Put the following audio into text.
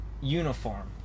uniform